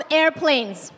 airplanes